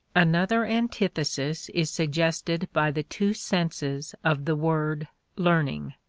another antithesis is suggested by the two senses of the word learning.